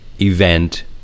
event